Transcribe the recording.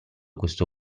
questo